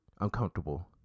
uncomfortable